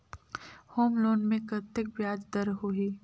Home loan मे कतेक ब्याज दर होही?